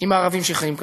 עם הערבים שחיים כאן.